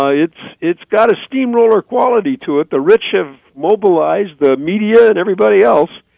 ah it's it's got a steamroller quality to it. the rich have mobilized the media and everybody else,